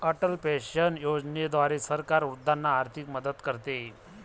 Atal pension योजनेद्वारे सरकार वृद्धांना आर्थिक मदत करते